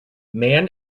man